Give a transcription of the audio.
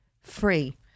free